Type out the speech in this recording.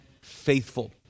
faithful